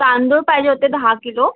तांदूळ पाहिजे होते दहा किलो